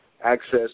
access